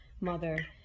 mother